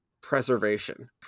preservation